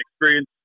experience